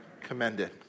commended